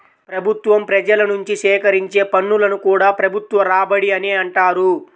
ప్రభుత్వం ప్రజల నుంచి సేకరించే పన్నులను కూడా ప్రభుత్వ రాబడి అనే అంటారు